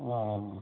اوہ